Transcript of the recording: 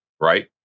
Right